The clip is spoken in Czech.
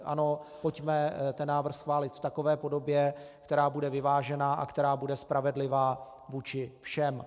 Ano, pojďme ten návrh schválit v takové podobě, která bude vyvážená a která bude spravedlivá vůči všem.